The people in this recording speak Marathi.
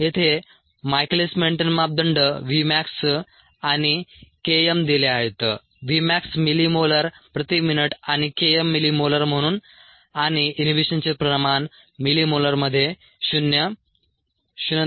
येथे मायकेलिस मेन्टेन मापदंड v max आणि K m दिले आहेत v max मिलीमोलर प्रति मिनिट आणि K m मिलीमोलर म्हणून आणि इनहिबिशनचे प्रमाण मिलीमोलरमध्ये 0 0